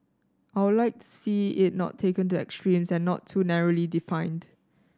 I'll like to see it not taken to extremes and not too narrowly defined